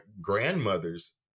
grandmother's